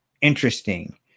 interesting